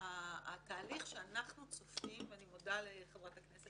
שהתהליך שאנחנו צופים ואני מודה לחברת הכנסת